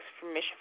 permission